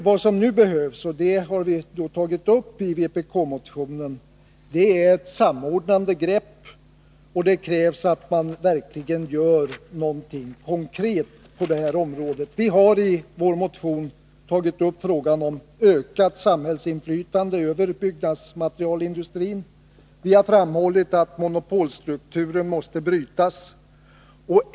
Vad som nu behövs, och det har vi tagit upp i vpk-motionen, är ett samordnande grepp. Det krävs att man verkligen gör någonting konkret på det här området. Vi har i vår motion tagit upp frågan om ökat samhällsinflytande över byggnadsmaterialindustrin. Vi har framhållit att monopolstrukturen måste brytas.